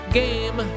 game